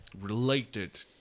related